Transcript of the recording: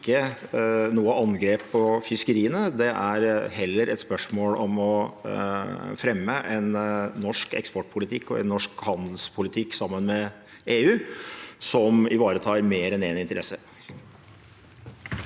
er ikke noe angrep på fiskeriene. Det er heller et spørsmål om å fremme en norsk eksportpolitikk og en norsk handelspolitikk sammen med EU som ivaretar mer enn én interesse.